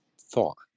thought